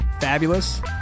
Fabulous